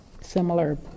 Similar